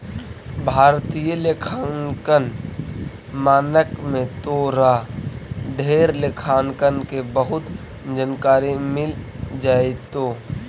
भारतीय लेखांकन मानक में तोरा ढेर लेखांकन के बहुत जानकारी मिल जाएतो